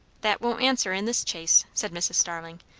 that won't answer in this chase, said mrs. starling.